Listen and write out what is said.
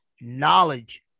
knowledge